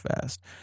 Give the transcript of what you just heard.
fast